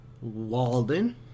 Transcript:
Walden